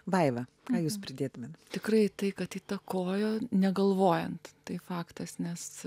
vaiva praėjus pridėtumėme tikrai tai kad įtakojo negalvojant tai faktas nes